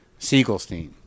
Siegelstein